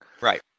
Right